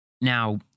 now